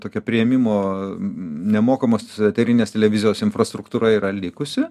tokia priėmimo nemokamos eterinės televizijos infrastruktūra yra likusi